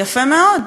יפה מאוד,